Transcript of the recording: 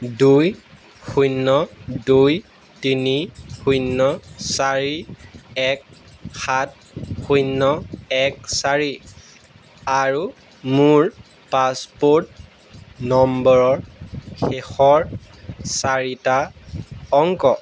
দুই শূন্য দুই তিনি শূন্য চাৰি এক সাত শূন্য এক চাৰি আৰু মোৰ পাছপ'ৰ্ট নম্বৰৰ শেষৰ চাৰিটা অংক